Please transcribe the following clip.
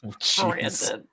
Jesus